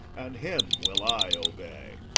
and him will i obey.